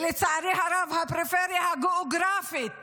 לצערי הרב, הפריפריה הגיאוגרפית